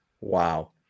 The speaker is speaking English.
Wow